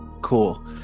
cool